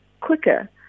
quicker